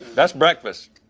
that's breakfast